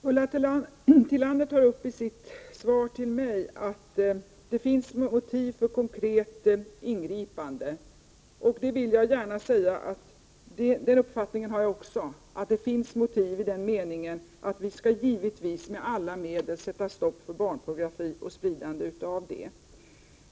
Herr talman! Ulla Tillander sade i sin replik till mig att det finns motiv för konkret ingripande. Jag vill gärna säga att också jag har den uppfattningen att det finns motiv i den meningen att vi givetvis med alla medel skall sätta stopp för barnpornografi och spridande av sådan.